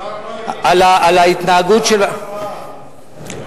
תודה רבה.